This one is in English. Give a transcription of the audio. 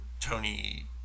Tony